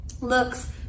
looks